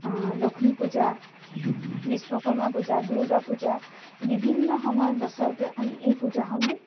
লক্ষ্মী পূজা বিশ্বকৰ্মা পূজা দুৰ্গা পূজা বিভিন্ন সময়ত বছৰটোৰ আমি এই পূজাসমূহ